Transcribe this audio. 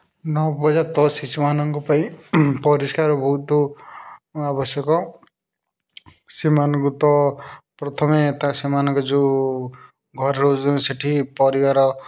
ନବଜାତ ଶିଶୁ ମାନଙ୍କ ପାଇଁ ପରିଷ୍କାର ବହୁତ ଆବଶ୍ୟକ ସେମାନଙ୍କ ତ ପ୍ରଥମେ ତା ସେମାନଙ୍କ ଯେଉଁ ଘରେ ରହୁଛନ୍ତି ସେଇଠି ପରିବାର